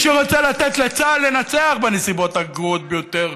שרוצה לתת לצה"ל לנצח בנסיבות הגרועות ביותר,